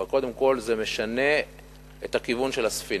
אבל קודם כול זה משנה את הכיוון של הספינה.